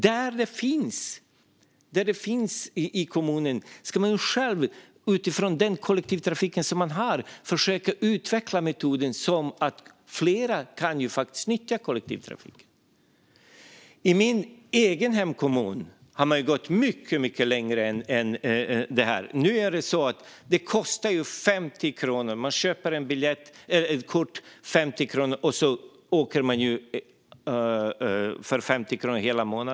Där det finns kollektivtrafik i kommunen ska man själv, utifrån den kollektivtrafik man har, försöka utveckla metoden så att fler kan nyttja kollektivtrafiken. I min egen hemkommun har man gått mycket längre än så här. Det kostar 50 kronor - man köper ett kort och kan åka hela månaden för 50 kronor.